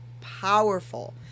powerful